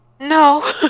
No